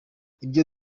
ibyo